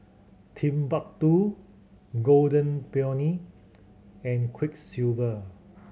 Timbuk Two Golden Peony and Quiksilver